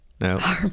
No